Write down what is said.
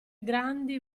grandi